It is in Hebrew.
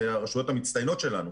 אלה הרשויות המצטיינות שלנו.